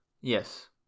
yes